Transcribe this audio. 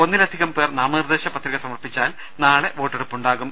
ഒന്നിലധികം പേർ നാമനിർദ്ദേശപത്രിക സമർപ്പിച്ചാൽ നാളെ വോട്ടെടുപ്പ് ഉണ്ടാകും